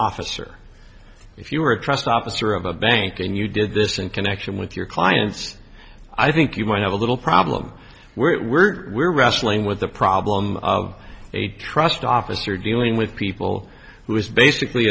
officer if you were a trust opposite of a bank and you did this in connection with your clients i think you might have a little problem were we're wrestling with the problem of a trust officer dealing with people who is basically